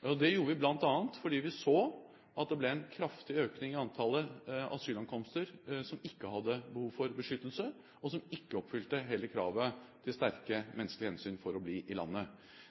Det gjorde vi bl.a. fordi vi så at det ble en kraftig økning i antallet ankomster av asylsøkere som ikke hadde behov for beskyttelse, og som heller ikke oppfylte kravet til sterke menneskelige hensyn for å bli i landet.